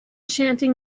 chanting